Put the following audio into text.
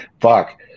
Fuck